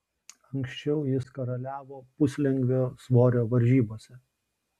anksčiau jis karaliavo puslengvio svorio varžybose